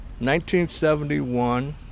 1971